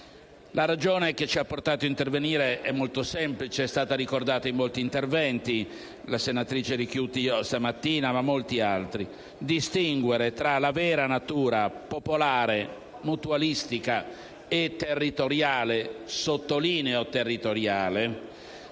La ragione che ci ha portato ad intervenire è molto semplice ed è stata ricordata in molti interventi, dalla senatrice Ricchiuti stamattina e da molti altri: distinguere tra la vera natura popolare, mutualistica e territoriale - sottolineo territoriale